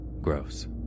Gross